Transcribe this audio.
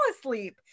asleep